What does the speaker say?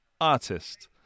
artist